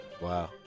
Wow